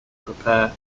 prepare